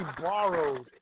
borrowed